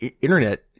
internet